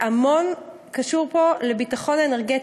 והמון קשור פה לביטחון אנרגטי.